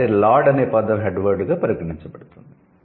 కాబట్టి 'లార్డ్' అనే పదం 'హెడ్ వర్డ్'గా పరిగణించబడుతుంది